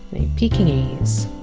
a pekingese.